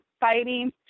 fighting